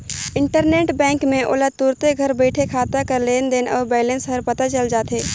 internet banking में ओला तुरते घर बइठे खाता कर लेन देन अउ बैलेंस हर पता चइल जाथे